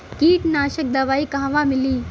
कीटनाशक दवाई कहवा मिली?